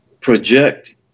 project